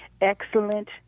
excellent